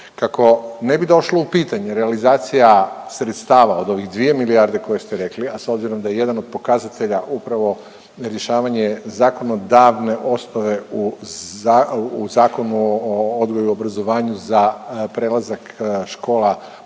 Kako ne bi došlo u pitanje realizacija sredstava od ovih 2 milijarde koje ste rekli, a s obzirom da jedan od pokazatelja upravo rješavanje zakonodavne osnove u Zakonu o odgoju i obrazovanju za prelazak škola u